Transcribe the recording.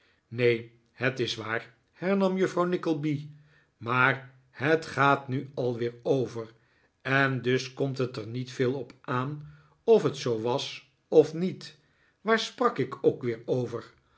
neen het is waar hernam juffrouw nickleby maar het gaat nu alweer over en dus komt het er niet veel op aan of het zoo was of niet waar sprak ik ook weer over